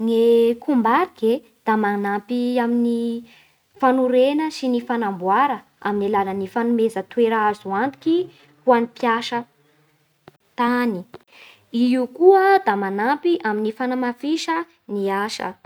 Gny e kombarika e, da manampy amin'ny fanorena sy ny fanamboara amin'ny fanomeza toera azo antoky ho an'ny mpiasa tany. I io koa da manampy amin'ny fanamafisa gny asa.